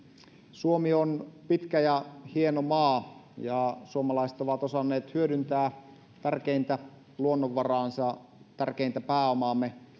suomi on pitkä ja hieno maa ja suomalaiset ovat osanneet hyödyntää tärkeintä luonnonvaraansa meidän tärkeintä pääomaamme